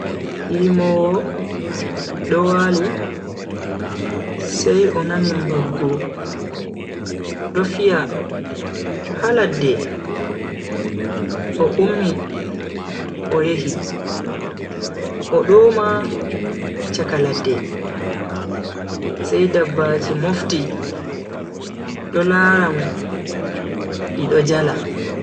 Yimowo do wali sai o nani mbanggu do fiya ha ladde o ummi o yehi o do woma chaka ladda sai dabbaji mofti do lara mo di do jala.